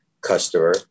customer